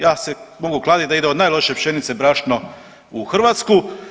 Ja se mogu kladiti da ide od najlošije pšenice brašno u Hrvatsku.